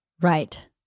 Right